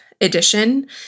edition